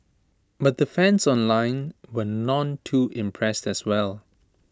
but the fans online were none too impressed as well